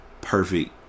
perfect